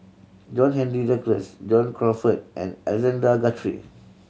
John Henry Duclos John Crawfurd and Alexander Guthrie